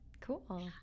cool